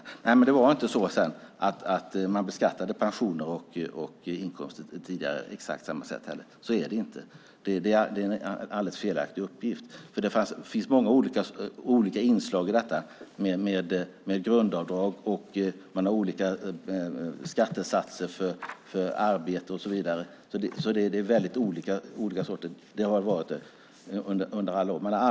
Låt mig sedan säga att det inte heller tidigare var så att man beskattade pensioner och inkomster på exakt samma sätt. Det är en alldeles felaktig uppgift. Det finns många olika inslag i detta - grundavdrag, olika skattesatser för arbete och så vidare - och så har det varit under alla år.